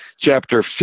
Chapter